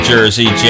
Jersey